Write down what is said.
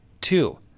Two